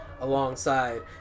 alongside